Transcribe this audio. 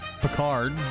Picard